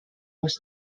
was